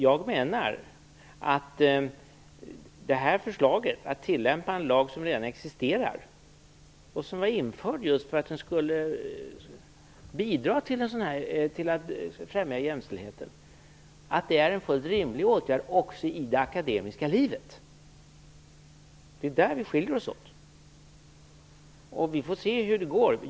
Jag menar att förslaget om att tillämpa en lag som redan existerar och som införts just för att bidra till att främja jämställdheten är en fullt rimlig åtgärd också i det akademiska livet. Det är på den punkten som våra meningar skiljer sig. Vi får se hur det går.